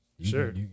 sure